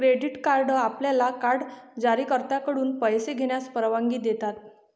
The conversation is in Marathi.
क्रेडिट कार्ड आपल्याला कार्ड जारीकर्त्याकडून पैसे घेण्यास परवानगी देतात